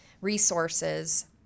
resources